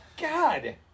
God